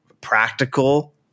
practical